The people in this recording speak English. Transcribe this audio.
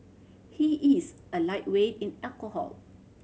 he is a lightweight in alcohol